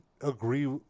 agree